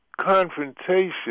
confrontation